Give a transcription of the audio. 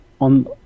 on